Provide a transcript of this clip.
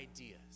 ideas